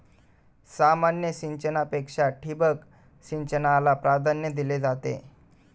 सामान्य सिंचनापेक्षा ठिबक सिंचनाला प्राधान्य दिले जाते